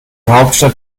hauptstadt